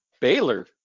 Baylor